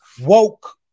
woke